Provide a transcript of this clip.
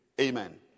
Amen